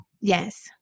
Yes